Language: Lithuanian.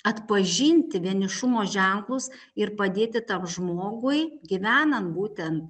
atpažinti vienišumo ženklus ir padėti tam žmogui gyvenant būtent